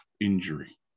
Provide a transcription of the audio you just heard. injury